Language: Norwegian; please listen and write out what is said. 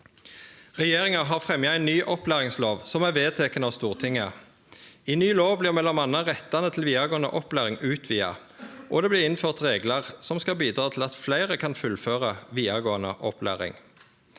Regjeringa har fremja ei ny opplæringslov som er vedteken av Stortinget. I ny lov blir m.a. rettane til vidaregåande opplæring utvida, og det blir innført reglar som skal bidra til at fleire kan fullføre vidaregåande opplæring.